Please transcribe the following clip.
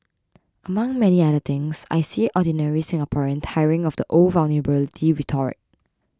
among many other things I see ordinary Singaporean tiring of the old vulnerability rhetoric